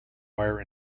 wire